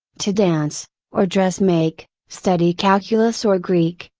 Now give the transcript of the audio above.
to dance, or dress make, study calculus or greek,